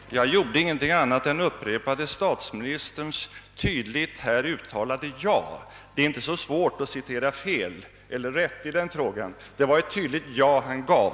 Herr talman! Jag gjorde ingenting annat än upprepade statsministerns tydligt här uttalade ja. Det är inte så svårt att citera rätt i den frågan — det var ett tydligt ja han gav.